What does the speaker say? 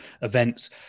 events